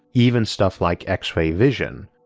even stuff like x-ray vision,